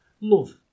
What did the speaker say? love